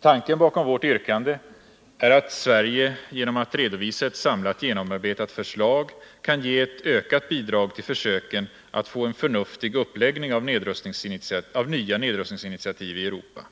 Tanken bakom vårt yrkande är att Sverige genom att redovisa ett samlat genomarbetat förslag kan ge ett bidrag till försöken att få en förnuftig uppläggning av nya nedrustningsinitiativ i Europa.